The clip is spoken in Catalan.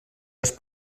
les